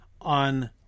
on